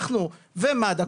אנחנו ומד"א,